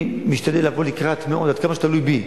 אני משתדל לבוא לקראת מאוד, עד כמה שתלוי בי,